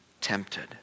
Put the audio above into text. tempted